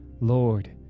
Lord